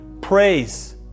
Praise